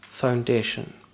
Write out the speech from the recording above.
foundation